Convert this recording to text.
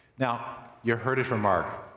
now, you heard it from mark.